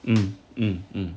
mm mm mm